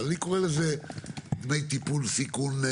אבל אני קורא לזה דמי טיפול סיכון,